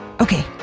okay!